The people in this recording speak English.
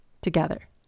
together